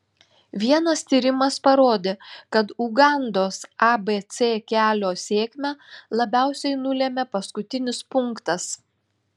vienas tyrimas parodė kad ugandos abc kelio sėkmę labiausiai nulėmė paskutinis punktas